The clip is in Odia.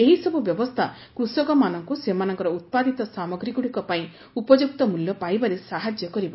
ଏହିସବୁ ବ୍ୟବସ୍ଥା କୃଷକମାନଙ୍କୁ ସେମାନଙ୍କର ଉତ୍ପାଦିତ ସାମଗ୍ରୀଗୁଡ଼ିକ ପାଇଁ ଉପଯୁକ୍ତ ମୂଲ୍ୟ ପାଇବାରେ ସାହାଯ୍ୟ କରିବ